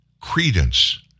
credence